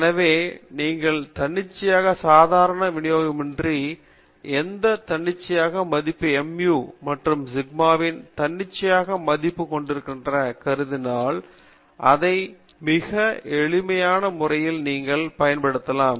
எனவே நீங்கள் எந்த தன்னிச்சையான சாதாரண விநியோகவையுமின்றி எந்தவொரு தன்னிச்சையான மதிப்பு mu மற்றும் ஒரு சிக்மாவின் தன்னிச்சையான மதிப்பைக் கொண்டிருப்பதாகக் கருதினால் அதை மிக எளிமையான முறையில் நீங்கள் தரப்படுத்தலாம்